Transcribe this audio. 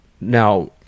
Now